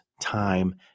time